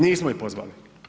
Nismo ih pozvali.